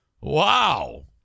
Wow